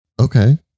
Okay